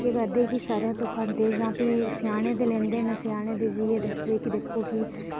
केह् करदे क स'रेआं धुखांदे जां प्ही स्याने दे लेईं आंदे न ते स्याने दसदे कि दिक्खो